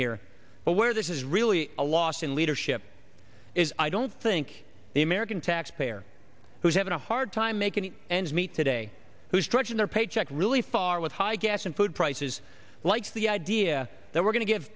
here but where this is really a lost in leadership is i don't think the american taxpayer who is having a hard time making ends meet today who is stretching their paycheck really far with high gas and food prices like the idea that we're going to give